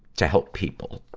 to help people.